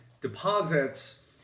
deposits